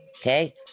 Okay